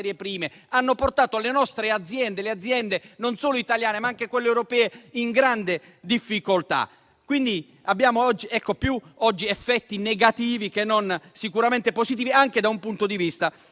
prime, hanno portato alle nostre aziende, non solo italiane, ma anche quelle europee, grandi difficoltà. Quindi, abbiamo oggi più effetti negativi che non positivi, anche da un punto di vista